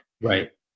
Right